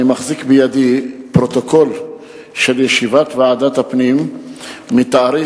אני מחזיק בידי פרוטוקול של ישיבת ועדת הפנים מ-4